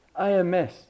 IMS